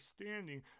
understanding